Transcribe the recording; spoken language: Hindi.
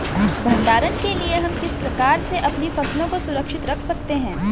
भंडारण के लिए हम किस प्रकार से अपनी फसलों को सुरक्षित रख सकते हैं?